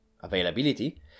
availability